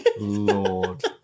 Lord